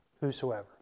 whosoever